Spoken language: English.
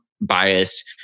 biased